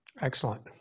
Excellent